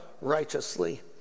righteously